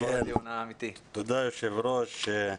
תודה, היושב-ראש.